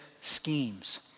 schemes